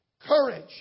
Courage